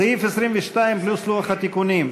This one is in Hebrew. סעיף 22, פלוס לוח התיקונים.